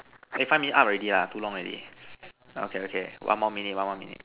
eh five minute up already lah too long already okay okay one more minute one more minute